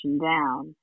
down